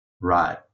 right